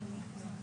השכל,